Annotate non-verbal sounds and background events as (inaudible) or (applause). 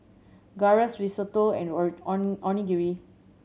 Gyros Risotto and (unintelligible) Onigiri